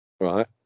right